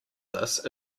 this